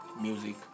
music